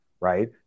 right